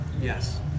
Yes